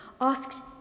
asked